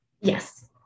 Yes